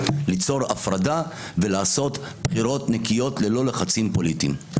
ליצור הפרדה ולעשות בחירות נקיות ללא לחצים פוליטיים.